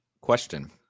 Question